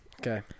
Okay